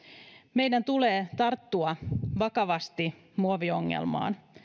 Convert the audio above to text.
meidän tulee tarttua vakavasti muoviongelmaan